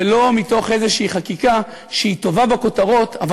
ולא מתוך איזו חקיקה שהיא טובה בכותרות אבל